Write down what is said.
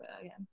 again